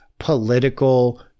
Political